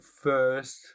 first